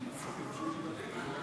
יושב-ראש ועדת הכספים חבר